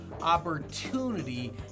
opportunity